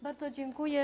Bardzo dziękuję.